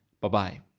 Bye-bye